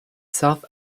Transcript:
south